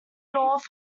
north